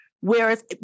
whereas